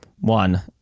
One